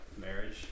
marriage